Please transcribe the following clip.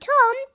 Tom